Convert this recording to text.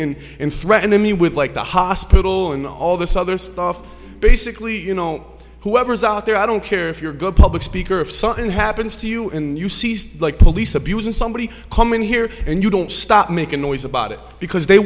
in and threatening me with like the hospital and all this other stuff basically you know whoever's out there i don't care if you're a good public speaker if something happens to you and you see like police abuse and somebody's coming here and you don't stop make a noise about it because they